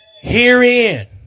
herein